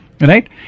right